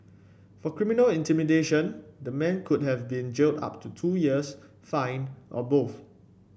for criminal intimidation the man could have been jailed up to two years fined or both